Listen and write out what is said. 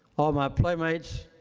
all my playmates,